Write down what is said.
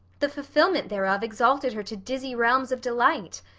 the fulfillment thereof exalted her to dizzy realms of delight.